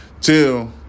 till